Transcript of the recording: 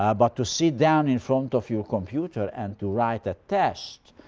ah but to sit down in front of your computer and to write a test,